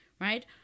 right